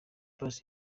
pius